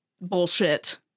bullshit